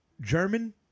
German